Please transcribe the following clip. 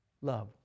love